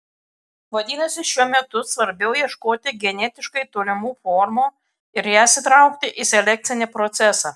vadinasi šiuo metu svarbiau ieškoti genetiškai tolimų formų ir jas įtraukti į selekcinį procesą